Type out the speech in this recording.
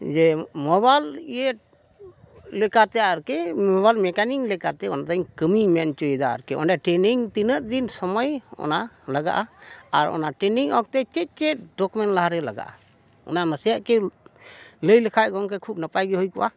ᱡᱮ ᱢᱚᱵᱟᱭᱤᱞ ᱤᱭᱟᱹ ᱞᱮᱠᱟᱛᱮ ᱟᱨᱠᱤ ᱢᱳᱵᱟᱭᱤᱞ ᱢᱮᱠᱟᱱᱤᱠ ᱞᱮᱠᱟᱛᱮ ᱚᱱᱟᱫᱩᱧ ᱠᱟᱹᱢᱤ ᱢᱮᱱ ᱦᱚᱪᱚᱭᱮᱫᱟ ᱟᱨᱠᱤ ᱚᱸᱰᱮ ᱴᱨᱮᱱᱤᱝ ᱛᱤᱱᱟᱹᱜ ᱫᱤᱱ ᱥᱚᱢᱚᱭ ᱚᱱᱟ ᱞᱟᱜᱟᱜᱼᱟ ᱟᱨ ᱚᱱᱟ ᱴᱨᱮᱱᱤᱝ ᱚᱠᱛᱮ ᱪᱮᱫ ᱪᱮᱫ ᱰᱚᱠᱩᱢᱮᱱᱴ ᱞᱟᱦᱟᱨᱮ ᱞᱟᱜᱟᱜᱼᱟ ᱚᱱᱟ ᱱᱟᱥᱮᱭᱟᱜ ᱠᱤᱢ ᱞᱟᱹᱭ ᱞᱮᱠᱷᱟᱡ ᱜᱚᱢᱠᱮ ᱠᱷᱩᱵᱽ ᱱᱟᱯᱟᱭᱜᱮ ᱦᱩᱭ ᱠᱚᱜᱼᱟ